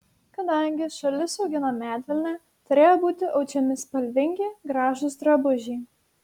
kadangi šalis augina medvilnę turėjo būti audžiami spalvingi gražūs drabužiai